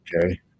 Okay